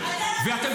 הוא לא האלוהים שלי.